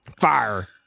Fire